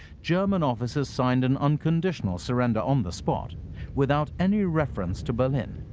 german officers signed an unconditional surrender on the spot without any reference to berlin,